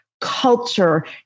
culture